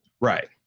Right